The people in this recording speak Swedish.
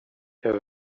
jag